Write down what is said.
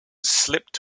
slipped